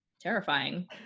terrifying